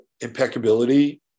impeccability